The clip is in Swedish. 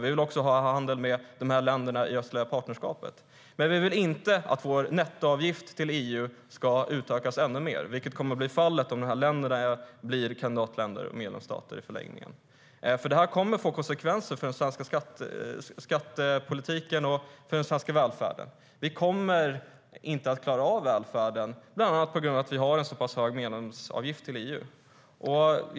Vi vill också ha handel med länderna i östliga partnerskapet. Men vi vill inte att vår nettoavgift till EU ska höjas ännu mer, vilket kommer att bli fallet om de här länderna blir kandidatländer och i förlängningen medlemsstater. Det här kommer att få konsekvenser för den svenska skattepolitiken och den svenska välfärden. Vi kommer inte att klara av välfärden, bland annat på grund av att vi har en så pass hög medlemsavgift till EU.